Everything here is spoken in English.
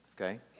Okay